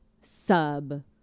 sub